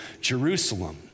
Jerusalem